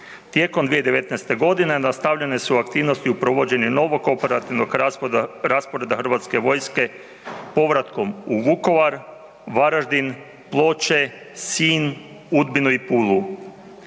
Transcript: Tijekom 2019.-te godine nastavljene su aktivnosti u provođenje novog operativnog rasporeda Hrvatske vojske povratkom u Vukovar, Varaždin, Ploče, Sinj, Udbinu i Pulu.